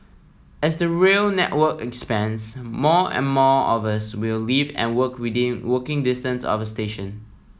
as the rail network expands more and more of us will live and work within walking distance of a station